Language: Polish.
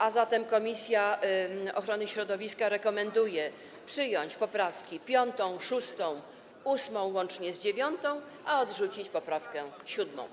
A zatem komisja ochrony środowiska rekomenduje przyjąć poprawki 5., 6., 8. łącznie z 9., a odrzucić poprawkę 7.